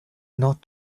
not